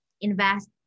invest